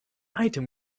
item